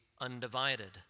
undivided